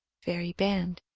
fairy band.